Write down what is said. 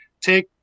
take